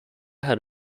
had